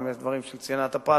אם יש דברים של צנעת הפרט,